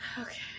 Okay